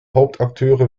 hauptakteure